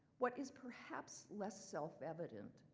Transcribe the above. what is perhaps less self-evident,